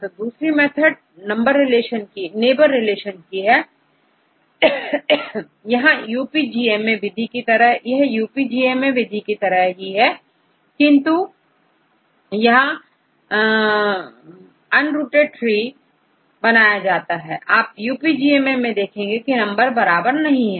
तो दूसरी method neighbour relation विधि है यह भी UPGMA विधि की तरह ही है किंतु यहां अनरूटेड ट्री बनाया जाता है आप UPGMA मैं देखेंगे की नंबर बराबर नहीं है